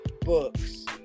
books